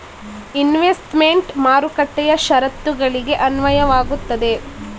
investment ಮಾರುಕಟ್ಟೆಯ ಶರತ್ತುಗಳಿಗೆ ಅನ್ವಯವಾಗುತ್ತದೆ